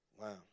wow